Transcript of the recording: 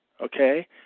okay